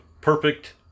perfect